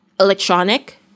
electronic